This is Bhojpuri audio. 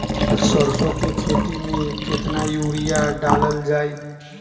सरसों के खेती में केतना यूरिया डालल जाई?